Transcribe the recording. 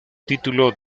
título